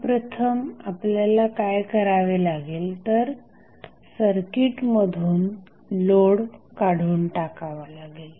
सर्वप्रथम आपल्याला काय करावे लागेल तर सर्किट मधून लोड काढून टाकावा लागेल